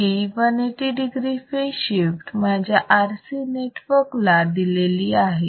ही 180 degree phase shift माझ्या RC network ला दिलेली आहे